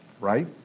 right